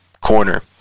corner